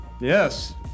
Yes